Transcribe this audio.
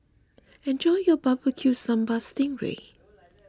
enjoy your Barbecue Sambal Sting Ray